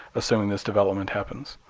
assuming this development happens.